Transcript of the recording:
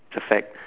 it's a fact